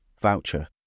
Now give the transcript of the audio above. voucher